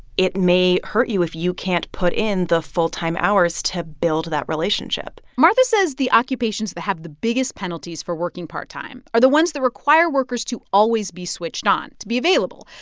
it may hurt you if you can't put in the full-time hours to build that relationship martha says the occupations that have the biggest penalties for working part time are the ones that require workers to always be switched on, to be available,